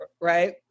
right